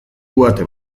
uhate